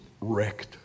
wrecked